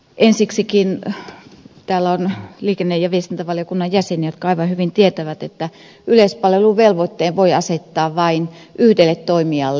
ensiksikin täällä on liikenne ja viestintävaliokunnan jäseniä jotka aivan hyvin tietävät että yleispalveluvelvoitteen voi asettaa vain yhdelle toimijalle